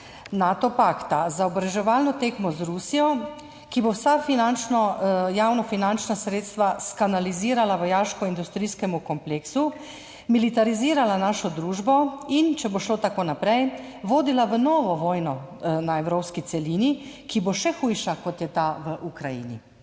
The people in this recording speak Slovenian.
Nato pakta, za oboroževalno tekmo z Rusijo, ki bo vsa javnofinančna sredstva skanalizirala vojaškoindustrijskemu kompleksu, militarizirala našo družbo, in če bo šlo tako naprej, vodila v novo vojno na evropski celini, ki bo še hujša, kot je ta v Ukrajini.